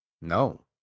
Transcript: No